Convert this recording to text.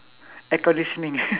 air conditioning